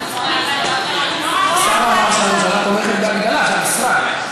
השר אמר שהממשלה תומכת בהגדלה, שהמשרד.